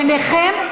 ביניכם,